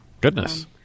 Goodness